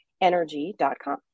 energy.com